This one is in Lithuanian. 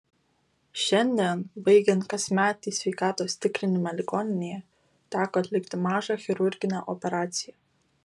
šiandien baigiant kasmetį sveikatos tikrinimą ligoninėje teko atlikti mažą chirurginę operaciją